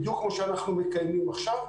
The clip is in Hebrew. בדיוק כמו שאנחנו מקיימים עכשיו.